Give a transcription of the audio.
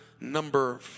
number